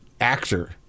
actor